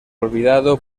olvidado